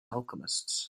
alchemists